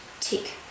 take